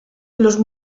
los